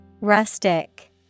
Rustic